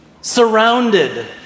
Surrounded